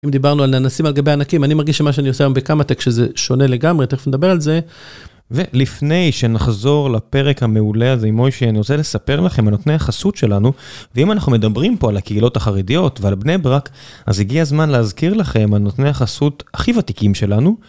אם דיברנו על ננסים על גבי ענקים, אני מרגיש שמה שאני עושה היום בקמא-טק, שזה שונה לגמרי, תכף נדבר על זה. ולפני שנחזור לפרק המעולה הזה עם מוישה, אני רוצה לספר לכם על נותני החסות שלנו, ואם אנחנו מדברים פה על הקהילות החרדיות ועל בני ברק, אז הגיע הזמן להזכיר לכם על נותני החסות הכי ותיקים שלנו.